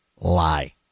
lie